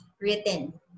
written